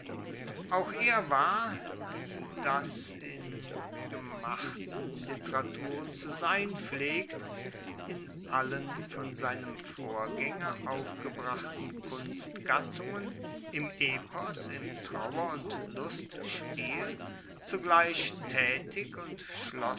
auch er war wie das in gemachten literaturen zu sein pflegt in allen von seinem vorgaenger aufgebrachten kunstgattungen im epos im trauer und lustspiel zugleich taetig und schloss